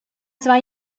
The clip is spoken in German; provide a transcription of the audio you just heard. zwei